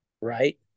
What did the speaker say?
right